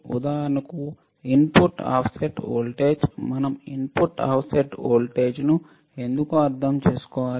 ఉదాహరణకు input offset voltage మనం input offset వోల్టేజ్ను ఎందుకు అర్థం చేసుకోవాలి